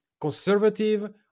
conservative